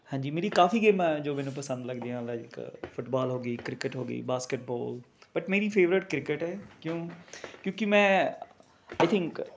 ਹਾਂਜੀ ਮੇਰੀ ਕਾਫੀ ਗੇਮਾਂ ਹਾਂ ਜੋ ਮੈਨੂੰ ਪਸੰਦ ਲੱਗਦੀਆਂ ਲਾਈਕ ਫੁੱਟਬਾਲ ਹੋ ਗਈ ਕ੍ਰਿਕਟ ਹੋ ਗਈ ਬਾਸਕਿਟਬਾਲ ਬਟ ਮੇਰੀ ਫੇਵਰਟ ਕ੍ਰਿਕਟ ਹੈ ਕਿਉਂ ਕਿਉਂਕਿ ਮੈਂ ਆਈ ਥਿੰਕ